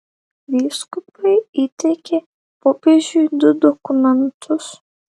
vyskupai įteikė popiežiui du dokumentus